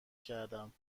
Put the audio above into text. کردم